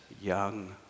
young